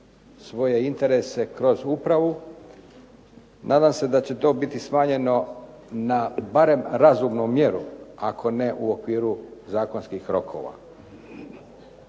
svoje interese kroz upravu. Nadam se da će to biti smanjeno na barem razumnu mjeru ako ne u okviru zakonskih rokova.